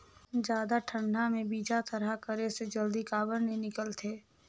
जादा ठंडा म बीजा थरहा करे से जल्दी काबर नी निकलथे?